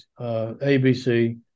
ABC